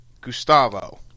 Gustavo